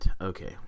Okay